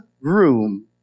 room